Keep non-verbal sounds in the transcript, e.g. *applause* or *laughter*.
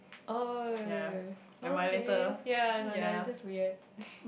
oh okay ya I know ya that's weird *laughs*